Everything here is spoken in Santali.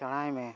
ᱥᱮᱬᱟᱭᱢᱮ